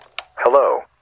Hello